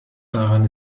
daran